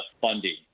funding